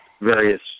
various